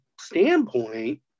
standpoint